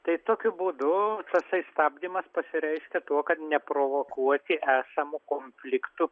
tai tokiu būdu tasai stabdymas pasireiškia tuo kad neprovokuoti esamų konfliktų